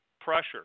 pressure